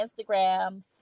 Instagram